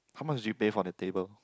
how much do you pay for the table